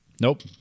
Nope